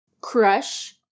crush